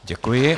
Děkuji.